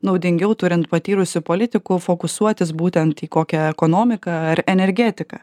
naudingiau turint patyrusių politikų fokusuotis būtent į kokią ekonomiką ar energetiką